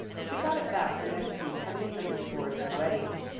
she got it back the next week heavily under-scored in red ink,